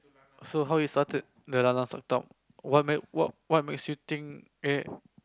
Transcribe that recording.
so how you started the lanlan suck thumb what ma~ what makes you think eh